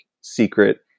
secret